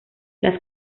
las